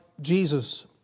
Jesus